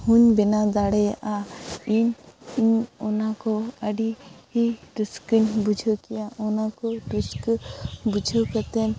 ᱦᱚᱧ ᱵᱮᱱᱟᱣ ᱫᱟᱲᱮᱭᱟᱜᱼᱟ ᱤᱧ ᱤᱧ ᱚᱱᱟ ᱠᱚ ᱟᱹᱰᱤ ᱨᱟᱹᱥᱠᱟᱹᱧ ᱵᱩᱡᱷᱟᱹᱣ ᱠᱮᱫᱼᱟ ᱚᱱᱟ ᱠᱚ ᱨᱟᱹᱥᱠᱟᱹ ᱵᱩᱡᱷᱟᱹᱣ ᱠᱟᱛᱮᱱ